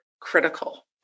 critical